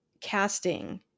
casting